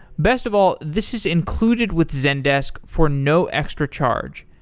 best of all, this is included with zendesk for no extra charge.